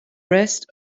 rest